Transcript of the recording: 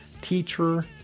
Teacher